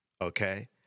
okay